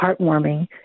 heartwarming